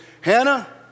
Hannah